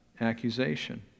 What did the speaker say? accusation